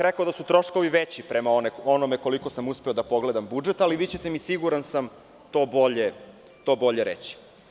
Rekao bih da su troškovi veći, prema onom koliko sam uspeo da pogledam budžet, ali vi ćete mi siguran sam, to bolje reći.